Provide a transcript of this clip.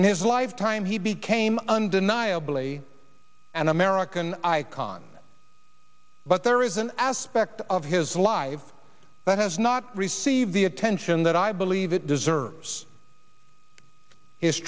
in his lifetime he became undeniably an american icon but there was an aspect of his live that has not received the attention that i believe it deserves is